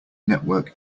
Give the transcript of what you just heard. network